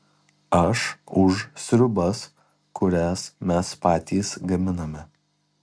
aš už sriubas kurias mes patys gaminame